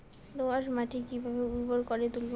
দোয়াস মাটি কিভাবে উর্বর করে তুলবো?